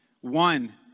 one